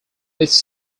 its